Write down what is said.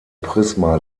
prisma